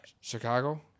Chicago